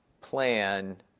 plan